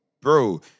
bro